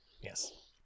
Yes